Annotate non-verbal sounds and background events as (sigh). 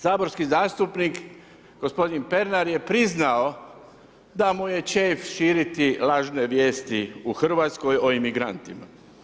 Saborski zastupnik gospodin Pernar je priznao da mu je ... (unintelligible) širiti lažne vijesti u Hrvatskoj o imigrantima.